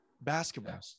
basketball